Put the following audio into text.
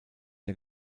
der